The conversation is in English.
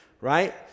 right